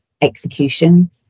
execution